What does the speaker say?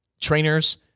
trainers